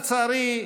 לצערי,